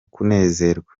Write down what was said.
kunezerwa